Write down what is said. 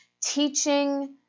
teaching